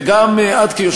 נכון, ודאי, ודאי.